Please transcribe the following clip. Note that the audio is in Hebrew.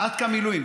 עתכ"א מילואים.